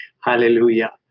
Hallelujah